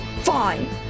fine